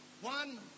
One